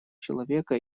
человека